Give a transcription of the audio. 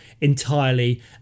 entirely